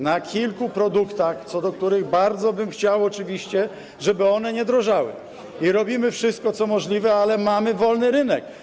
Na kilku produktach, co do których bardzo bym chciał oczywiście, żeby one nie drożały, i robimy wszystko, co możliwe, ale mamy wolny rynek.